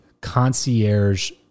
concierge